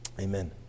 Amen